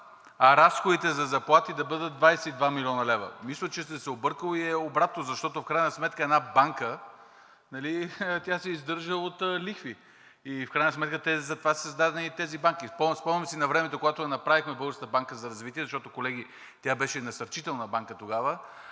а разходите за заплати да бъдат 22 млн. лв.? Мисля, че сте се объркал и е обратно, защото в крайна сметка една банка се издържа от лихви и в крайна сметка затова са създадени тези банки. Спомням си навремето, когато я направихме Българската банка за развитие, защото, колеги, тя беше Насърчителна банка тогава